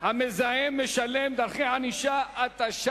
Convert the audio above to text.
(המזהם משלם) (דרכי ענישה) (תיקוני חקיקה),